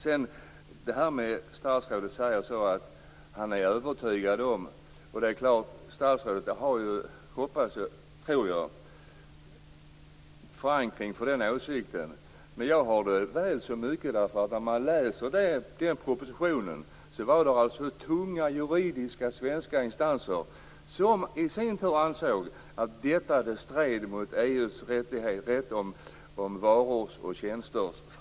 Statsrådet säger att han är övertygad. Jag hoppas och tror att han har förankring för den åsikten. När man läser i propositionen kan man se att tunga svenska juridiska instanser anser att detta strider mot den fria rörligheten av varor och tjänster.